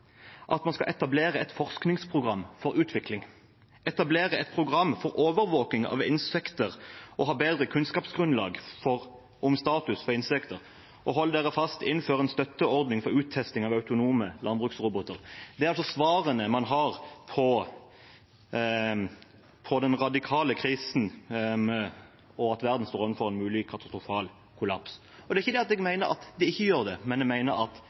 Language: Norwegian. at man skal «etablere et forskningsprogram for utvikling», «etablere et program for fullskalaovervåking av insekter», «ha et bedre kunnskapsgrunnlag om status for insekter» og – hold dere fast – «innføre en støtteordning for uttesting av autonome landbruksroboter». Det er altså svarene man har på den radikale krisen, og på at verden står overfor en mulig katastrofal kollaps. Det er ikke det at jeg mener at den ikke gjør det, men jeg mener at